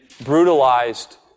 brutalized